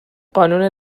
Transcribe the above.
قانون